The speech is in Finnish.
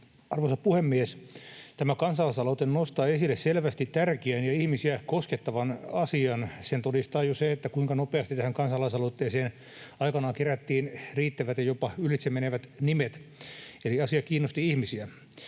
Arvoisa puhemies! Tämä kansalaisaloite nostaa esille selvästi tärkeän ja ihmisiä koskettavan asian. Sen todistaa jo se, kuinka nopeasti tähän kansalaisaloitteeseen aikanaan kerättiin riittävät ja jopa ylitse menevät nimet, eli asia kiinnosti ihmisiä.